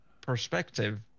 perspective